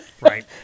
Right